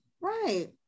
right